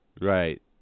Right